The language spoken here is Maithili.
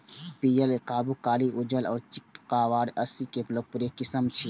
पीयर, याकूब, कारी, उज्जर आ चितकाबर असील के लोकप्रिय किस्म छियै